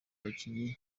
abakinnyi